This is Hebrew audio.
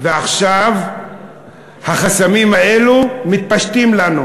ועכשיו החסמים האלה מתפשטים לנו,